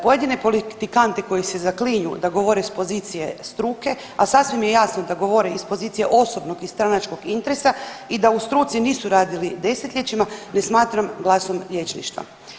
Pojedini politikanti koji se zaklinju da govore s pozicije struke, a sasvim je jasno da govore iz pozicije osobnog i stranačkog interesa i da u struci nisu radili desetljećima ne smatram glasom liječništva.